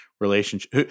relationship